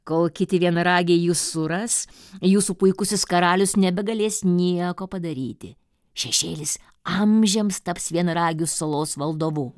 kol kiti vienaragiai jus suras jūsų puikusis karalius nebegalės nieko padaryti šešėlis amžiams taps vienaragių salos valdovu